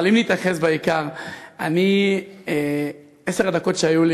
אבל אם נתרכז בעיקר: עשר הדקות שהיו לי